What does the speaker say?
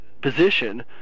position